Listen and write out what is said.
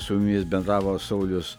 su jumis bendravo saulius